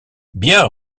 bien